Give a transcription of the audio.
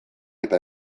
eta